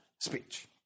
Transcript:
speech